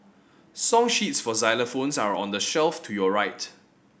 song sheets for xylophones are on the shelf to your right